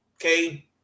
okay